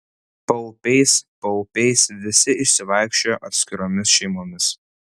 paupiais paupiais visi išsivaikščiojo atskiromis šeimomis